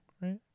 right